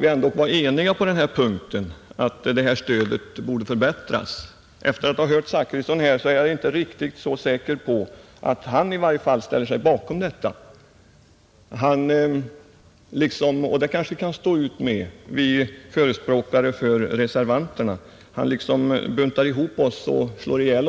ändå var eniga om att det här stödet borde förbättras, Efter att ha hört herr Zachrisson är jag inte riktigt så säker på att han ställer sig bakom detta konstaterande. Han liksom buntade ihop reservanterna och slog ihjäl oss med samma varma själ.